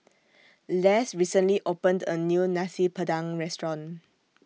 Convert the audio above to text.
Less recently opened A New Nasi Padang Restaurant